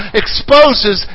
exposes